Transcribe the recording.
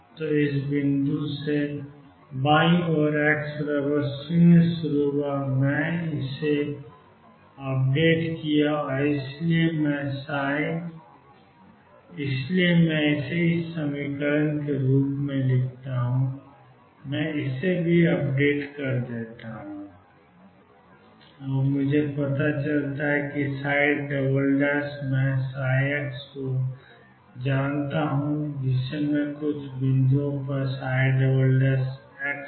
तो इस बिंदु से बाईं ओर x 0 शुरू हुआ मैंने इसे अपडेट किया है और इसलिए मैं लिख सकता हूं अगले बिंदु पर मैं इसे i1ψix कहता हूं और मैं भी अपडेट कर सकता हूं i1 वें बिंदु पर ixऔर मुझे कैसे पता चलेगा कि मैं x को जानता हूं कुछ बिंदु मैं जानता हूं भी